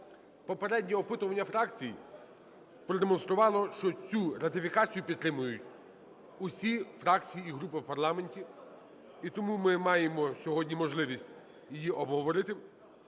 Попереднє опитування фракцій продемонструвало, що цю ратифікацію підтримують усі фракції і групи в парламенті. І тому ми маємо сьогодні можливість її обговорити